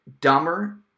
dumber